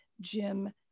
Jim